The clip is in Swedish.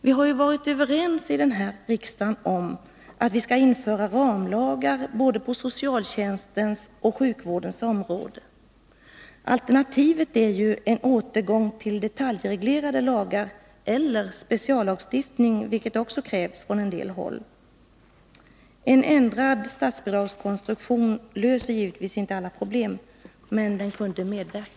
Vi har varit överens här i riksdagen om att införa ramlagar både på socialtjänstens och sjukvårdens område. Alternativet är ju en återgång till detaljreglerade lagar eller speciallagstiftning, vilket också krävts från en del håll. En ändrad statsbidragskonstruktion löser givetvis inte alla problem. Men den kunde medverka.